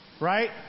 right